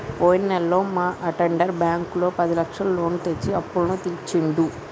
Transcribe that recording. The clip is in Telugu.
పోయిన నెలలో మా అటెండర్ బ్యాంకులో పదిలక్షల లోను తెచ్చి అప్పులన్నీ తీర్చిండు